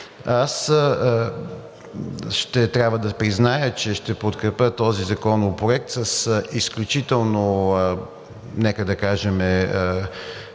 Аз ще трябва да призная, че ще подкрепя този законопроект с изключително, нека да кажем,